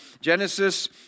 Genesis